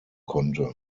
konnte